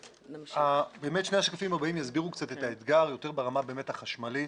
שני השקפים הבאים יסבירו את האתגר ברמה החשמלית.